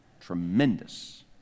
Tremendous